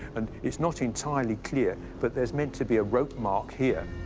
and it's not entirely clear, but there's meant to be a rope mark here.